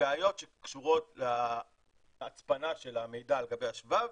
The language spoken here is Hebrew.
בעיות שקשורות להצפנה של המידע על גבי השבב